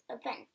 event